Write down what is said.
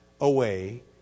away